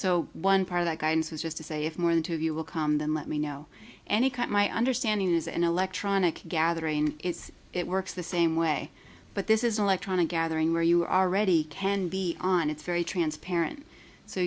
so one part of that guidance is just to say if more than two of you will come then let me know and he cut my understanding is an electronic gathering is it works the same way but this is an electronic gathering where you are already can be on it's very transparent so